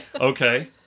Okay